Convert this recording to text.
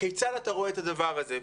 כיצד אתה רואה את הדבר הזה?